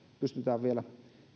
pystytään vielä